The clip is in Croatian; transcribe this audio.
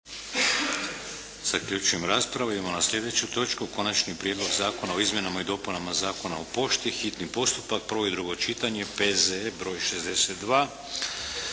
Vladimir (HDZ)** Idemo na slijedeću točku. - Konačni prijedlog zakona o izmjenama i dopunama Zakona o pošti, hitni postupak, prvo i drugo čitanje, P.Z.E. br. 62